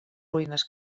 ruïnes